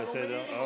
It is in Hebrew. אתה לא מעיר לו.